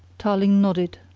tarling nodded.